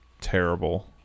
terrible